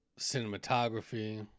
cinematography